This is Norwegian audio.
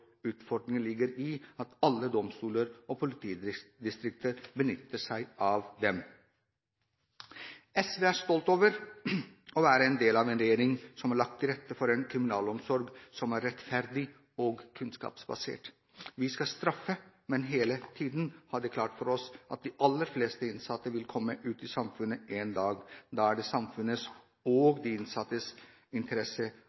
Utfordringen ligger i å få alle domstoler og politidistrikter til å benytte seg av dem. SV er stolt over å være en del av en regjering som har lagt til rette for en kriminalomsorg som er rettferdig og kunnskapsbasert. Vi skal straffe, men vi skal hele tiden ha det klart for oss at de aller fleste innsatte vil komme ut i samfunnet en dag. Da er det